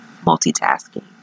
multitasking